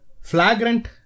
flagrant